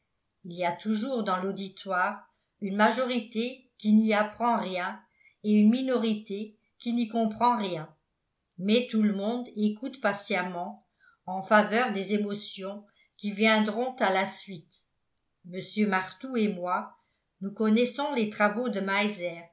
il y a toujours dans l'auditoire une majorité qui n'y apprend rien et une minorité qui n'y comprend rien mais tout le monde écoute patiemment en faveur des émotions qui viendront à la suite mr martout et moi nous connaissons les travaux de